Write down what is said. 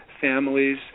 families